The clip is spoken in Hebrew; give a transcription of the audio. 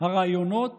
הרעיונות